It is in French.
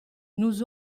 nous